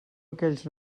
aquells